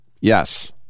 Yes